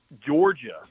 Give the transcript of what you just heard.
Georgia